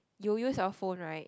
you use your phone right